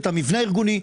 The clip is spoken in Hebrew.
את המבנה הארגוני,